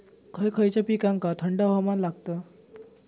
खय खयच्या पिकांका थंड हवामान लागतं?